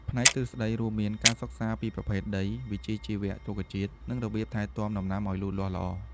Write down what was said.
ផ្នែកទ្រឹស្តីរួមមានការសិក្សាពីប្រភេទដី ជីវវិទ្យារុក្ខជាតិ និងរបៀបថែទាំដំណាំឱ្យលូតលាស់ល្អ។